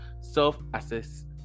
self-assess